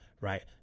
right